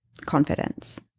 confidence